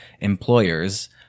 employers